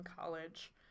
college